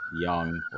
Young